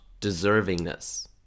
deservingness